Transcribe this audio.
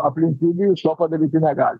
aplinkybių jis to padaryti negali